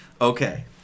okay